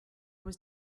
was